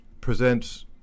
presents